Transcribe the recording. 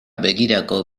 begirako